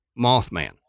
Mothman